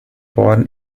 born